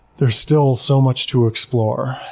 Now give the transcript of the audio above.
there's still so much to explore.